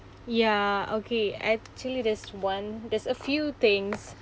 ya okay actually there's one there's a few things